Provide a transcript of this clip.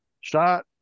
shot